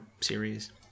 series